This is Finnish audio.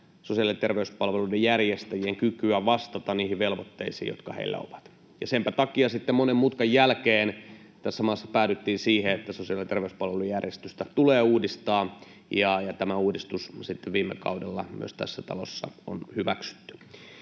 sosiaali- ja terveyspalveluiden järjestäjien kykyä vastata niihin velvoitteisiin, jotka heillä ovat. Senpä takia sitten monen mutkan jälkeen tässä maassa päädyttiin siihen, että sosiaali- ja terveyspalvelujärjestystä tulee uudistaa, ja tämä uudistus sitten viime kaudella myös tässä talossa on hyväksytty.